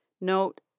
Note